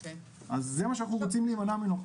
זה מה שאנחנו רוצים להימנע ממנו,